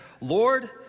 Lord